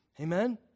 Amen